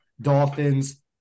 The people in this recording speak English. Dolphins